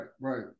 right